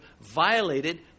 violated